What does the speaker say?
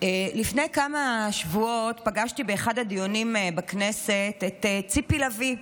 לפני כמה שבועות פגשתי באחד הדיונים בכנסת את ציפי לביא.